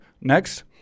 next